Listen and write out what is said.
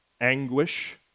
anguish